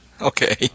Okay